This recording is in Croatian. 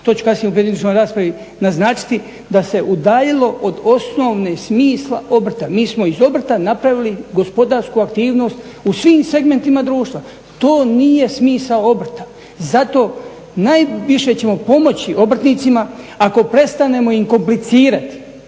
objediniti u pojedinačnoj raspravi naznačiti da se udaljilo od osnovnog smisla obrta. Mi smo iz obrta napravili gospodarsku aktivnost u svim segmentima društva. To nije smisao obrta. Zato najviše ćemo pomoći obrtnicima ako prestanemo im komplicirati,